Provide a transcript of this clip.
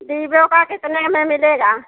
Vivo का कितने में मिलेगा